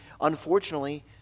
unfortunately